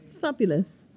Fabulous